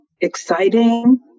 exciting